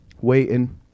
waiting